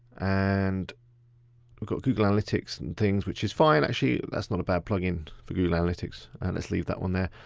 and i've got google analytics and things which is fine. actually that's not a bad plug-in for google analytics and let's leave that one there.